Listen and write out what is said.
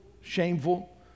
shameful